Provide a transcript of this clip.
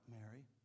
Mary